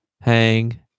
Hang